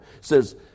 says